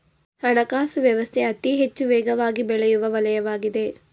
ಹಣಕಾಸು ವ್ಯವಸ್ಥೆ ಅತಿಹೆಚ್ಚು ವೇಗವಾಗಿಬೆಳೆಯುವ ವಲಯವಾಗಿದೆ